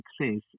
success